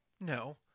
No